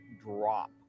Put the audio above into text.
drop